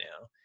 now